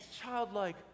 childlike